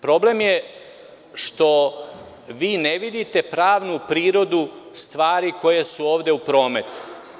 Problem je što vi ne vidite pravnu prirodu stvari koje su ovde u prometu.